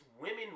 women